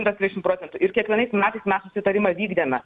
yra trisdešimt procentų ir kiekvienais metais mes pritarimą vykdėme